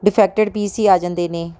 defected piece ਹੀ ਆ ਜਾਂਦੇ ਨੇ